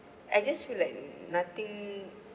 I just feel like nothing